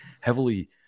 heavily